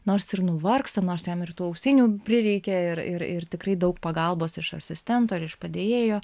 nors ir nuvargsta nors jam ir tų auksinių prireikia ir ir ir tikrai daug pagalbos iš asistento ar iš padėjėjo